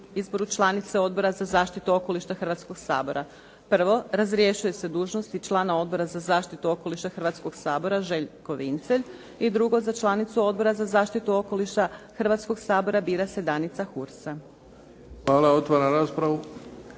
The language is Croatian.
Hvala. Otvaram raspravu.